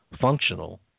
functional